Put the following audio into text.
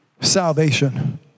Salvation